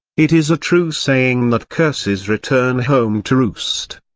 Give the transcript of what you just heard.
it is a true saying that curses return home to roost.